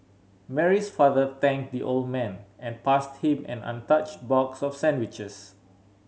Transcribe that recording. Mary's father thanked the old man and passed him an untouched box of sandwiches